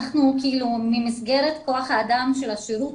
אנחנו ממסגרת כוח האדם של השירות,